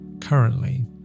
currently